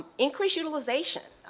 increase utilization,